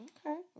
Okay